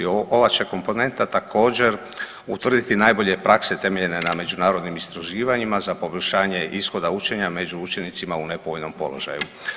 Ova će komponenta također utvrditi najbolje praske temeljene na međunarodnim istraživanjima za poboljšanje ishoda učenja među učenicima u nepovoljnom položaju.